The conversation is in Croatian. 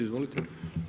Izvolite.